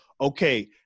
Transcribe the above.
okay